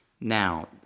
Now